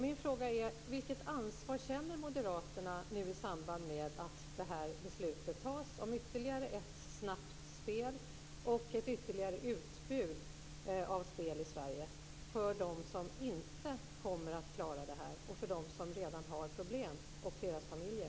Min fråga i samband med att det här beslutet om ytterligare ett snabbt spel och ett ytterligare utbud av spel i Sverige tas är: Vilket ansvar känner Moderaterna för dem som inte kommer att klara det här och för dem som redan har problem och deras familjer?